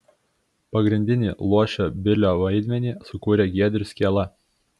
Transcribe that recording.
pagrindinį luošio bilio vaidmenį sukūrė giedrius kiela